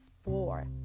four